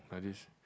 like this